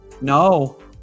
No